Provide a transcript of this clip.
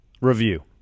review